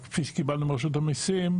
כפי שקיבלנו מרשות המיסים,